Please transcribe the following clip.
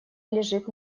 лежит